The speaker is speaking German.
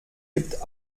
gibt